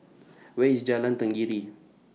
Where IS Jalan Tenggiri